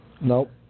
Nope